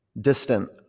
distant